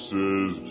Says